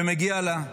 ומגיע לה,